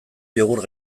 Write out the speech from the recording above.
jogurt